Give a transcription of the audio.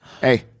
Hey-